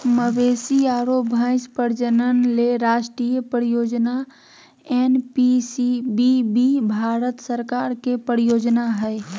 मवेशी आरो भैंस प्रजनन ले राष्ट्रीय परियोजना एनपीसीबीबी भारत सरकार के परियोजना हई